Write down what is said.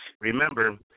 Remember